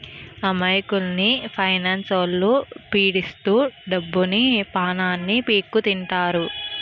అమాయకుల్ని ఫైనాన్స్లొల్లు పీడిత్తు డబ్బుని, పానాన్ని పీక్కుతింటారు